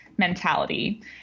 mentality